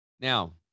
now